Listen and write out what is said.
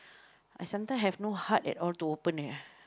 I sometimes have no heart at all to open it